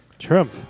Trump